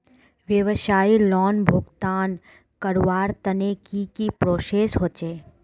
व्यवसाय लोन भुगतान करवार तने की की प्रोसेस होचे?